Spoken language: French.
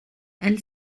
elle